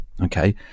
Okay